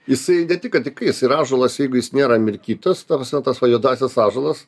jisai ne tik kad įkais ir ąžuolas jeigu jis nėra mirkytas ta prasme tas va juodasis ąžuolas